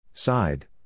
Side